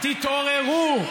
תתעוררו.